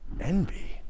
envy